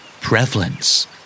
Prevalence